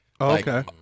Okay